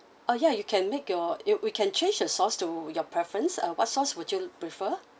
oh yeah you can make your you we can change the sauce to your preference uh what sauce would you prefer